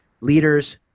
leaders